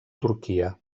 turquia